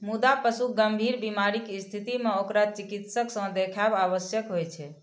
मुदा पशुक गंभीर बीमारीक स्थिति मे ओकरा चिकित्सक सं देखाएब आवश्यक होइ छै